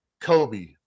Kobe